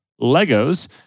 Legos